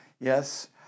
Yes